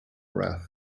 wrath